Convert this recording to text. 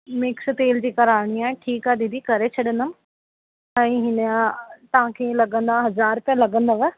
mix तेल जी कराइणी आहे ठीकु आहे दीदी करे छॾंदमि ऐं हिन तव्हांखे लॻंदा हज़ार रुपिया लॻंदव